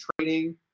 training